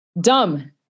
dumb